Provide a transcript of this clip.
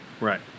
Right